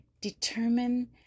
determine